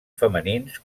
femenins